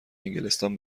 انگلستان